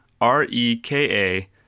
R-E-K-A